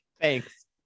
Thanks